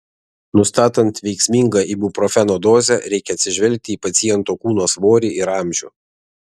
nustatant veiksmingą ibuprofeno dozę reikia atsižvelgti į paciento kūno svorį ir amžių